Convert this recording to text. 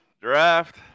draft